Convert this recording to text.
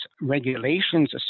regulations